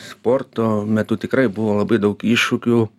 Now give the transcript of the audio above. sporto metu tikrai buvo labai daug iššūkių